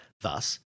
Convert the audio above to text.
Thus